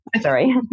Sorry